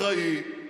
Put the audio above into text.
אחראי,